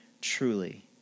Truly